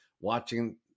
watching